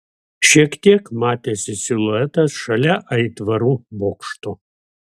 šiek tiek matėsi siluetas šalia aitvarų bokšto